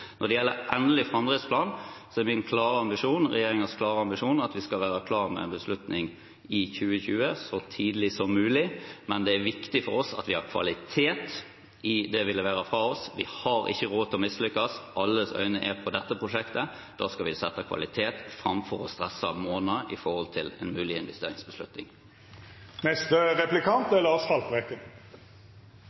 Når det gjelder den endelige framdriftsplanen, er min klare ambisjon – og regjeringens klare ambisjon – at vi skal være klare med en beslutning i 2020, så tidlig som mulig. Men det er viktig for oss at vi har kvalitet i det vi leverer fra oss. Vi har ikke råd til å mislykkes. Alles øyne er på dette prosjektet. Da skal vi sette kvaliteten foran det å stresse måneder når det gjelder en mulig